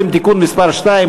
2,